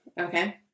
Okay